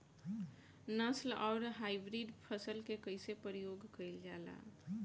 नस्ल आउर हाइब्रिड फसल के कइसे प्रयोग कइल जाला?